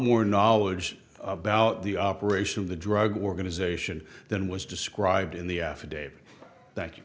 more knowledge about the operation of the drug organization than was described in the affidavit tha